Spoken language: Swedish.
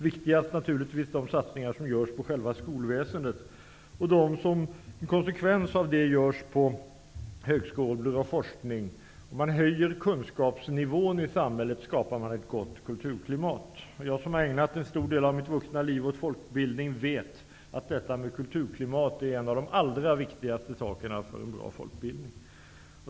Viktigast är naturligtvis de satsningar som görs på själva skolväsendet, och som en konsekvens av det på högskolor och forskning. Man höjer kunskapsnivån i samhället, och skapar därmed ett gott kulturklimat. Jag som har ägnat en stor del av mitt vuxna liv åt folkbildning vet att kulturklimatet är något av det allra viktigaste för en bra folkbildning.